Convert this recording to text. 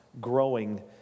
growing